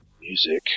music